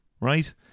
Right